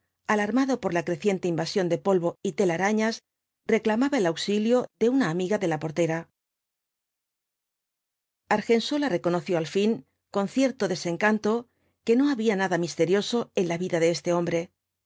alarmado por la creciente invasión de polvo y telarañas reclamaba el auxilio de una amiga de la portera argén sola reconoció al fin con cierto desencanto que no había nada misterioso en la vida de este hombre